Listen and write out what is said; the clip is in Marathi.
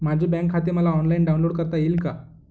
माझे बँक खाते मला ऑनलाईन डाउनलोड करता येईल का?